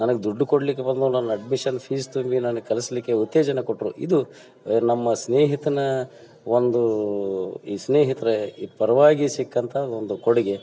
ನನಿಗೆ ದುಡ್ಡು ಕೊಡಲಿಕ್ಕೆ ಬಂದು ನನ್ನ ಅಡ್ಮಿಶನ್ ಫೀಸ್ ತುಂಬಿ ನನಗೆ ಕಲಿಸ್ಲಿಕ್ಕೆ ಉತ್ತೇಜನ ಕೊಟ್ಟರು ಇದು ನಮ್ಮ ಸ್ನೇಹಿತನ ಒಂದು ಈ ಸ್ನೇಹಿತರ ಈ ಪರವಾಗಿ ಸಿಕ್ಕಂಥ ಒಂದು ಕೊಡುಗೆ